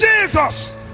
Jesus